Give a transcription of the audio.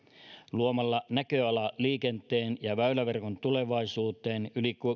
luomalla näköala liikenteen ja väyläverkon tulevaisuuteen yli